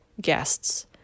guests